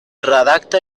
redacta